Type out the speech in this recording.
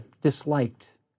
disliked